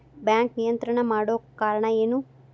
Bank ನಿಯಂತ್ರಣ ಮಾಡೊ ಕಾರ್ಣಾ ಎನು?